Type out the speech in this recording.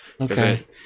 okay